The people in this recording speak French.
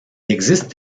existe